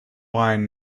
wine